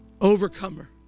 overcomer